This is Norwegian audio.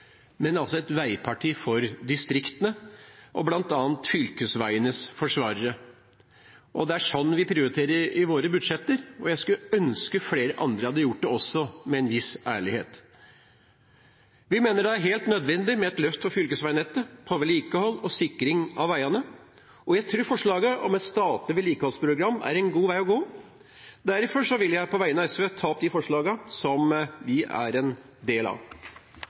men jeg har også sagt flere ganger at vi er et veiparti, men altså et veiparti for distriktene og bl.a. fylkesveienes forsvarere. Det er slik vi prioriterer i våre budsjetter. Jeg skulle ønske flere andre hadde gjort det også med en viss ærlighet. Vi mener det er helt nødvendig med et løft for fylkesveinettet, for vedlikehold og sikring av veiene, og jeg tror forslaget om et statlig vedlikeholdsprogram er en god vei å gå. Venstre er